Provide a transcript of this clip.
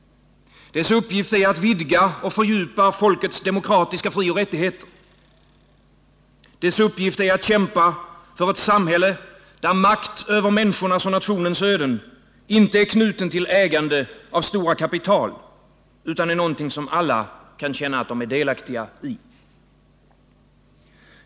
Dess uppgift är att vidga och fördjupa folkets demokratiska frioch rättigheter. Dess uppgift är att kämpa för ett samhälle, där makt över människornas och nationens öden inte är knuten till ägande av stora kapital, utan är något som alla kan känna att de är delaktiga i.